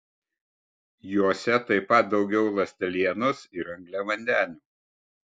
jose taip pat daugiau ląstelienos ir angliavandenių